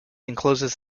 encloses